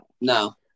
No